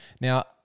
Now